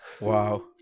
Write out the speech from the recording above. Wow